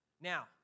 Now